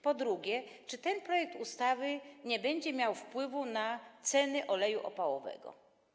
Po drugie: Czy ten projekt ustawy nie będzie miał wpływu na ceny oleju opałowego?